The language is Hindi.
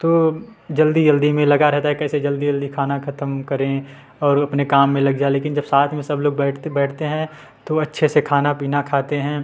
तो जल्दी जल्दी में लगा रहता है कैसे जल्दी जल्दी खाना ख़त्म करें और अपने काम में लग जाएँ लेकिन जब साथ में सब लोग बैठते बैठते हैं तो अच्छे से खाना पीना खाते हैं